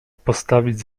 postawić